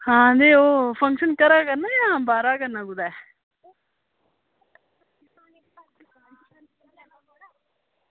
ते अच्छा ओह् फंक्शन घरा करना जां बाहरा करना कुदै